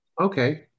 Okay